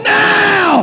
now